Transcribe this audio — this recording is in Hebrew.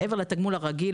מעבר לתגמול הרגיל,